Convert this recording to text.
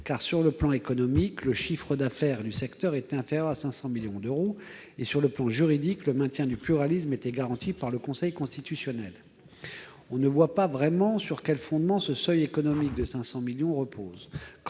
où, sur le plan économique, le chiffre d'affaires du secteur est inférieur à 500 millions d'euros et que, sur le plan juridique, le maintien du pluralisme est garanti par le Conseil constitutionnel. On ne voit pas sur quel fondement repose le seuil économique de 500 millions d'euros.